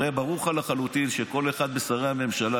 הרי ברור לך לחלוטין שכל אחד משרי הממשלה,